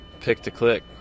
pick-to-click